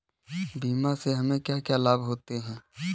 बीमा से हमे क्या क्या लाभ होते हैं?